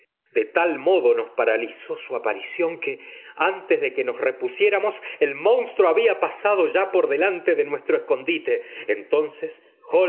de tal modo nos paralizó su aparición que antes de que nos repusiéramos el monstruo había pasado ya por delante de nuestro escondite entonces